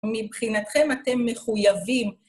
מבחינתכם אתם מחויבים...